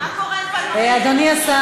אדוני סגן